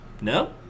No